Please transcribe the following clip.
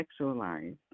sexualized